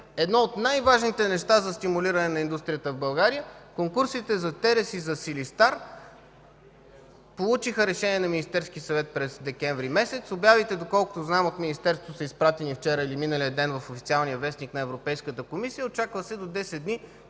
едно от най-важните неща за стимулиране на индустрията в България. Конкурсите за „Терес” и за „Силистар” получиха решение на Министерски съвет през месец декември. Обявите от Министерството, доколкото знам, са изпратени вчера или миналия ден в официалния вестник на Европейската комисия. Очаква се до 10 дни